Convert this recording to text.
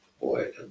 boy